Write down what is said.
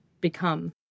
become